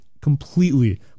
completely